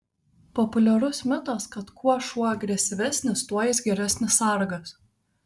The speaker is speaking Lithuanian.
populiarus mitas kad kuo šuo agresyvesnis tuo jis geresnis sargas